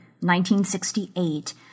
1968